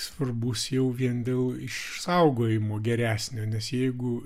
svarbus jau vien dėl išsaugojimo geresnio nes jeigu